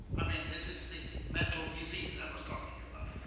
i mean, this is the mental disease i was talking about.